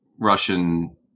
Russian